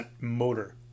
motor